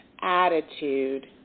attitude